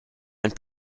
and